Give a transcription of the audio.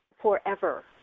forever